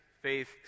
faith